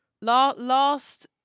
Last